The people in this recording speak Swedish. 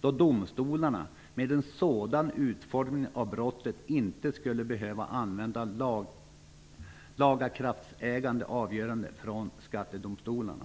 då domstolarna med en sådan utformning av brottet inte skulle behöva invänta lagakraftägande avgöranden från skattedomstolarna.